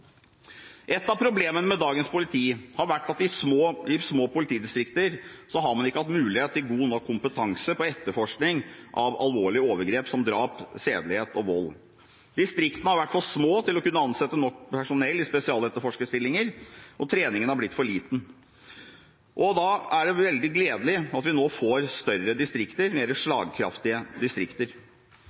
Et av problemene med dagens politi har vært at i små politidistrikter har man ikke hatt mulighet til god nok kompetanse på etterforskning av alvorlige overgrep som drap, sedelighet og vold. Distriktene har vært for små til å kunne ansette nok personell i spesialetterforskerstillinger, og det har blitt for lite trening. Da er det veldig gledelig at vi nå får større og mer slagkraftige distrikter.